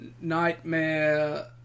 nightmare